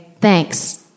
thanks